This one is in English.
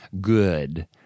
good